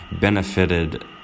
benefited